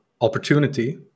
opportunity